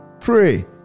Pray